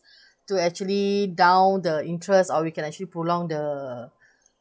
to actually down the interest or we can actually prolonged the